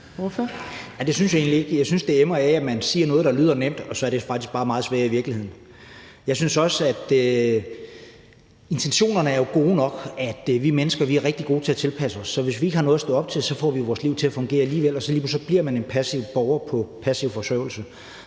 Det synes jeg egentlig ikke. Jeg synes, det emmer af, at man siger noget, der lyder nemt, og så er det faktisk i virkeligheden bare meget sværere. Intentionerne er jo gode nok, med hensyn til at vi mennesker er rigtig gode til at tilpasse os, så hvis vi ikke har noget at stå op til, får vi vores liv til at fungere alligevel, og lige pludselig bliver man en passiv borger på passiv forsørgelse,